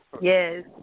Yes